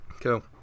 Cool